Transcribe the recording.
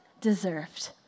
deserved